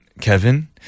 Kevin